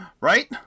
right